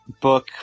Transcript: book